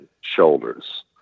shoulders